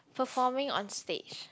performing on stage